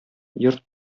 йорт